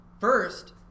First